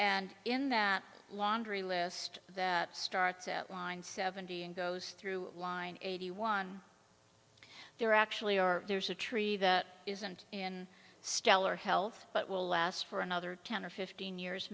and in that laundry list that starts out line seventy and goes through line eighty one there actually are there's a tree that isn't in stellar health but will last for another ten or fifteen years